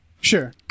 sure